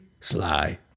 sly